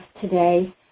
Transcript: today